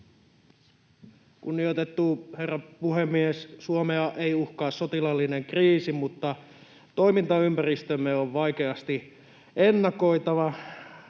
Kunnioitettu herra puhemies! Suomea ei uhkaa sotilaallinen kriisi, mutta toimintaympäristömme on vaikeasti ennakoitava.